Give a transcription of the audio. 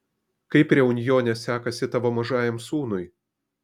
kaip reunjone sekasi tavo mažajam sūnui